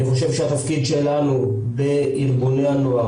אני חושב שהתפקיד שלנו בארגוני הנוער,